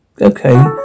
Okay